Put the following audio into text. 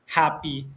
happy